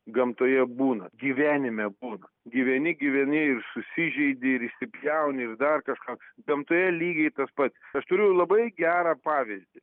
gamtoje būna gyvenime būna gyveni gyveni ir susižeidi ir įsipjauni ir dar kažkoks gamtoje lygiai tas pats aš turiu labai gerą pavyzdį